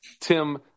tim